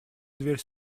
дверь